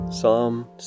Psalm